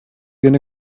gonna